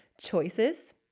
choices